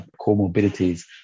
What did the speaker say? comorbidities